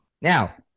Now